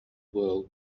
world